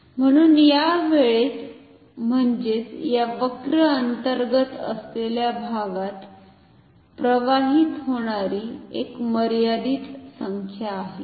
म्हणुन यावेळेत म्हणजेच या वक्र अंतर्गत असलेल्या भागात प्रवाहित होणारी एक मर्यादित संख्या आहे